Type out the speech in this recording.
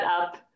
up